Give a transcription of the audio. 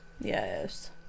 Yes